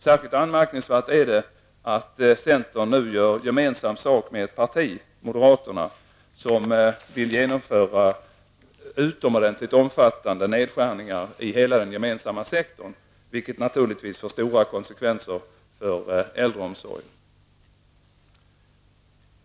Särskilt anmärkningsvärt är det att centern nu gör gemensam sak med moderaterna, som vill genomföra utomordentligt omfattande nedskärningar inom hela den gemensamma sektorn, vilket naturligtvis får stora konsekvenser för äldreomsorgen.